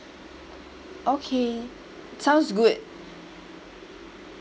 okay sounds good